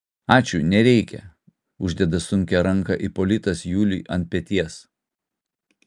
ačiū nereikia uždeda sunkią ranką ipolitas juliui ant peties